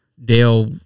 Dale